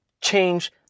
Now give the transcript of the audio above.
change